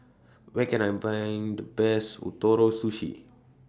Where Can I Find The Best Ootoro Sushi